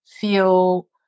feel